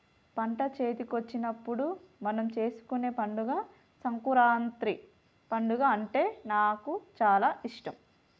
పంట చేతికొచ్చినప్పుడు మనం చేసుకునే పండుగ సంకురాత్రి పండుగ అంటే నాకు చాల ఇష్టం